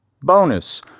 Bonus